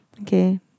Okay